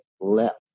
left